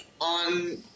on